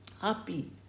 happy